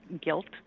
guilt